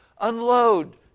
unload